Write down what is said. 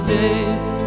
days